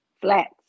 Flats